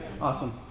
Awesome